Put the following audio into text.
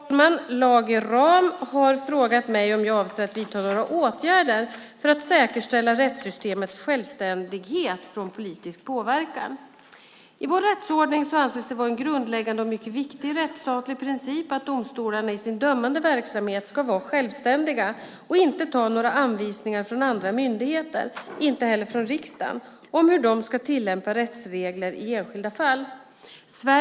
Fru talman! Lage Rahm har frågat mig om jag avser att vidta några åtgärder för att säkerställa rättsystemets självständighet från politisk påverkan. I vår rättsordning anses det vara en grundläggande och mycket viktig rättsstatlig princip att domstolarna i sin dömande verksamhet ska vara självständiga och inte ta några anvisningar från andra myndigheter - inte heller från riksdagen - om hur de ska tillämpa rättsregler i enskilda fall.